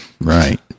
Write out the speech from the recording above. Right